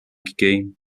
game